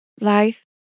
life